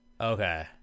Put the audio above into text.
Okay